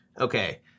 Okay